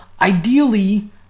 ideally